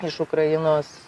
iš ukrainos